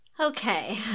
Okay